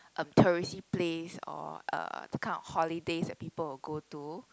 a tourist place or uh the kind of holidays that people will go to